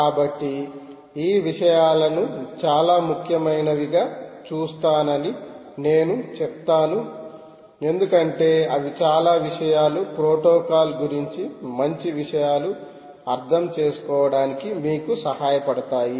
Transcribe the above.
కాబట్టి ఈ విషయాలను చాలా ముఖ్యమైనవిగా చూస్తానని నేను చెప్తాను ఎందుకంటే అవి చాలా విషయాలు ప్రోటోకాల్ గురించి మంచి విషయాలు అర్థం చేసుకోవడానికి మీకు సహాయపడతాయి